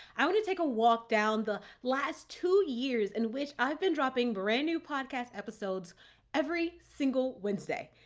i want to take a walk down the last two years in which i've been dropping brand new podcast episodes every single wednesday.